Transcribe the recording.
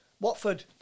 Watford